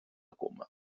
coma